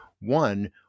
One